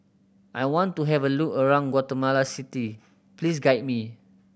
I want to have a look around Guatemala City please guide me